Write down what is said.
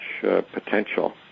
potential